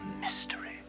mystery